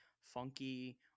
funky